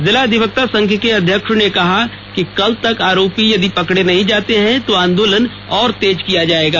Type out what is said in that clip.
जिला अधिवक्ता संघ के अध्यक्ष ने कहा कि कल तक आरोपी पकड़े नहीं जाते हैं तो आंदोलन और तेज किया जाएगा